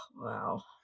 Wow